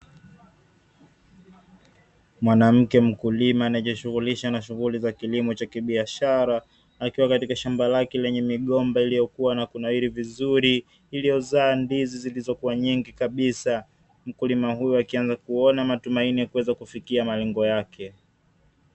Mwanamke mkulima anaejishughulisha na shughuli za kilimo cha kibiashara akiwa katika shamba lake lenye migomba, iliyokua na kunawiri vizuri iliyozaa ndizi zilizokuwa nyingi kabisa, mkulima huyu akianza kuona matumaini ya kufikia malengo yake.